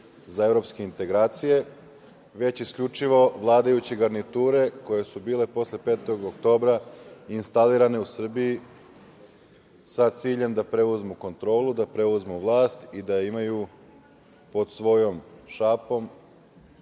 za evropske integracije, već isključivo vladajuće garniture koje su bile posle 5. oktobra instalirane u Srbiji sa ciljem da preuzmu kontrolu, da preuzmu vlast i da imaju pod svojom šapom